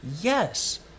Yes